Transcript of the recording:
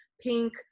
pink